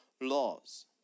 laws